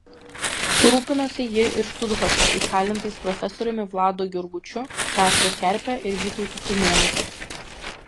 rūpinosi ji ir štuthofe įkalintais profesoriumi vladu jurgučiu petru kerpe ir vytautu tumėnu